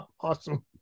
Awesome